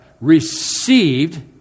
received